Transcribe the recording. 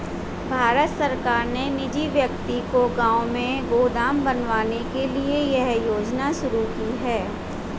भारत सरकार ने निजी व्यक्ति को गांव में गोदाम बनवाने के लिए यह योजना शुरू की है